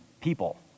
people